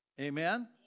Amen